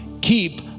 Keep